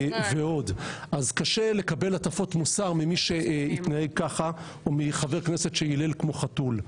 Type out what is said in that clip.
אז קשה לקבל הטפות מוסר ממי שמתנהג ככה או מחבר כנסת שיילל כמו חתול,